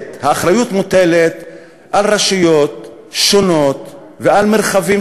שהאחריות מוטלת על רשויות שונות ועל מרחבים